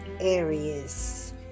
areas